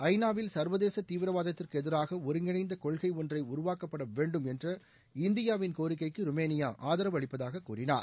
ஐநாவில் சர்வதேச தீவிரவாதத்திற்கு எதிராக ஒருங்கிணைந்த கொள்கை ஒன்றை உருவாக்கப்பட வேண்டும் என்ற இந்தியாவின் கோரிக்கைக்கு ருமேனியா ஆதரவு அளிப்பதாக கூறினார்